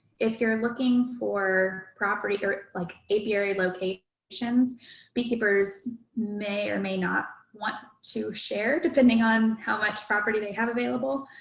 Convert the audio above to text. if you're looking for property or like apiary locations brandi beekeepers may or may not want to share, depending on how much property they have available.